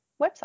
website